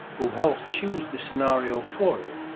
who helped choose the scenario for it,